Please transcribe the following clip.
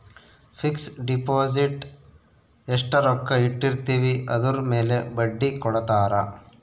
fix deposit ಎಸ್ಟ ರೊಕ್ಕ ಇಟ್ಟಿರ್ತಿವಿ ಅದುರ್ ಮೇಲೆ ಬಡ್ಡಿ ಕೊಡತಾರ